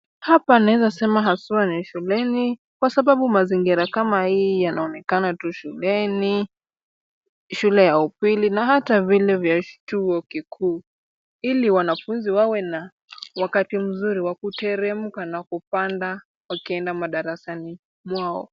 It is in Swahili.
Hapa naeza sema haswa ni shuleni kwa sababu mazingira kama hii yanaonekana tu shuleni, shule ya upili na hata vile vya chuo kikuu ili wanafunzi wawe na wakati mzuri wa kuteremka na kupanda wakienda madarasani mwao.